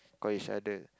call each other